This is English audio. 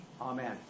Amen